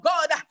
God